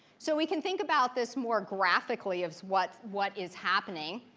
so we can think about this more graphically of what what is happening,